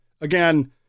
Again